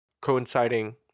coinciding